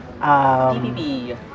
PPP